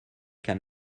can